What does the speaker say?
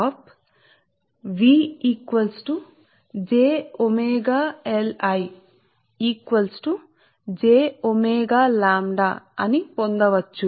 కాబట్టి ఈ వోల్టేజీలు డ్రాప్ V j⍵Li కాబట్టి ఏమీ కాదు కానీ మీ రియాక్టన్స్ సరే మీ I RMS విలువ అంటే j⍵LI మీ ఫ్లక్స్ లింకేజ్ లాంబ్డా కు సమానం